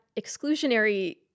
exclusionary